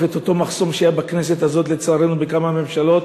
את אותו מחסום שהיה בכנסת הזאת ולצערנו בכמה ממשלות,